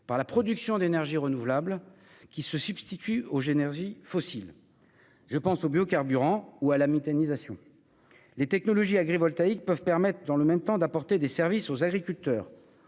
par la production d'énergies renouvelables qui se substituent aux énergies fossiles, comme les biocarburants ou la méthanisation. Les technologies agrivoltaïques permettent dans le même temps d'apporter des services aux agriculteurs,